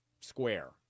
square